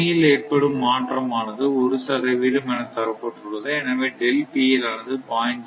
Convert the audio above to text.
சுமையில் ஏற்படும் மாற்றம் ஆனது ஒரு சதவிகிதம் என தரப்பட்டுள்ளது எனவே ஆனது 0